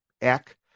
Eck